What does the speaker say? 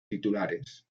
titulares